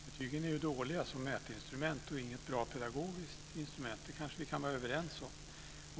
Betygen är ju dåliga som mätinstrument och inget bra pedagogiskt instrument. Det kanske vi kan vara överens om.